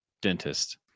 dentist